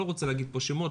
לא רוצה להגיד פה שמות,